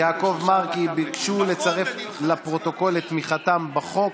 יעקב מרגי ביקשו לצרף לפרוטוקול את תמיכתם בחוק,